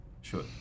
Sure